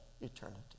eternity